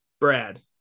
Brad